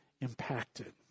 impacted